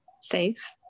Safe